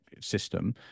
system